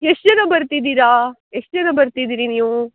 ಎಷ್ಟು ಜನ ಬರ್ತಿದೀರಾ ಎಷ್ಟು ಜನ ಬರ್ತಿದೀರಿ ನೀವು